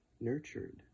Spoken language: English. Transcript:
nurtured